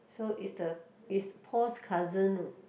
so it's the is Paul's cousin